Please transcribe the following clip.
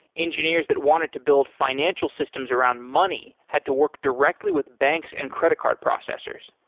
engineers that wanted to build financial systems around money had to work directly with banks and credit card processors.